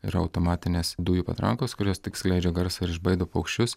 yra automatinės dujų patrankos kurios tik skleidžia garsą ir išbaido paukščius